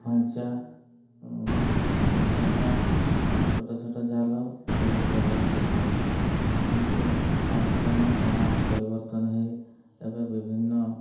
ଖଇଁଚା ଜାଲ ଛୋଟ ଛୋଟ ଜାଲ ସବୁ ବ୍ୟବହାର କରୁଥିଲେ କିନ୍ତୁ କାଳକ୍ରମେ ଏହା ପରିବର୍ତ୍ତନ ହୋଇ ଏବେ ବିଭିନ୍ନ